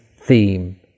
theme